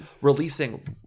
releasing